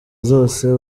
zose